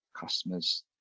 customers